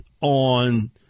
on